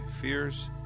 fears